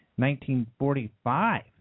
1945